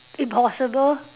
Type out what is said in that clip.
impossible